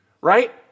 right